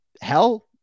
Hell